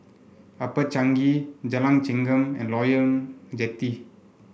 Upper Changi Jalan Chengam and Loyang Jetty